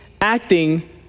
acting